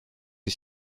est